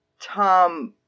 Tom